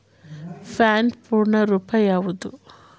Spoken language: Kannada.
ಪ್ಯಾನ್ ಪೂರ್ಣ ರೂಪ ಯಾವುದು?